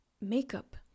Makeup